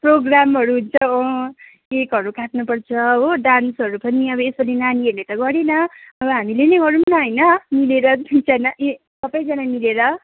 प्रोग्रामहरू चाहिँ अँ केकहरू काट्नुपर्छ हो डान्सहरू पनि अब यसरी नानीहरूले त गरेन अब हामीले नै गरौँ न होइन मिलेर दुईजना ए सबैजना मिलेर